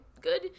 good